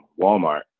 Walmart